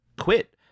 quit